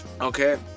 Okay